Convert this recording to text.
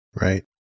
Right